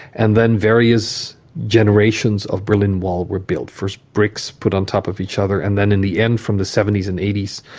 and then various generations of berlin wall were built first bricks put on top of each other and then in the end, from the seventies and eighties,